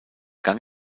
gang